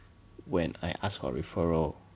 when I ask for referral